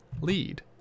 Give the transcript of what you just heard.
lead